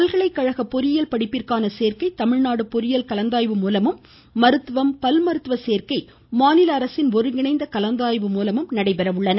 பல்கலைகழக பொறியியல் படிப்பிற்கான சேர்க்கை தமிழ்நாடு பொறியியல் கலந்தாய்வு மூலமும் மருத்துவம் பல் மருத்துவ சோக்கை மாநில ஒருங்கிணைந்த கலந்தாய்வு மூலமும் நடைபெற உள்ளது